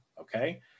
okay